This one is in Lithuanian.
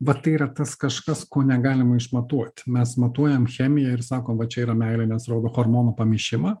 vat tai yra tas kažkas ko negalima išmatuoti mes matuojam chemiją ir sakom va čia yra meilė nes rodo hormonų pamišimą